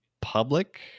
public